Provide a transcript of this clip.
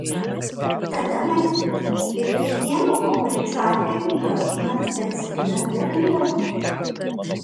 tada matyti kaip kiekvienu konkrečiu atveju ieškoma specifinio sprendimo